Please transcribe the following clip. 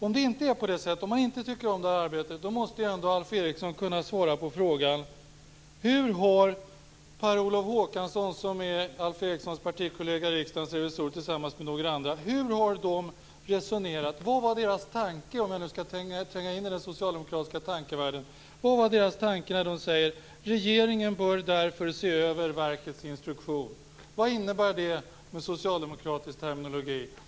Om man inte tycker om det här arbetet måste Alf Eriksson kunna svara på frågan: Hur har Per Olof Håkansson - tillsammans med några andra resonerat? Vilken var deras tanke - för att nu tränga in i den socialdemokratiska tankevärlden - när de säger att regeringen därför bör se över verkets instruktion? Vad innebär det med socialdemokratisk terminologi?